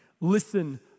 Listen